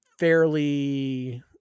fairly